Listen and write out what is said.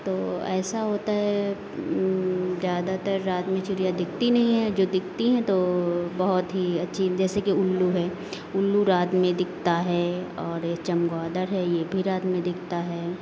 तो ऐसा होता है ज़्यादातर रात में चिड़िया दिखती नहीं है जो दिखती हैं तो बहुत ही अच्छी जैसे कि उल्लू है उल्लू रात में दिखता है और ये चमगादड़ है ये भी रात में दिखता है